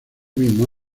mismo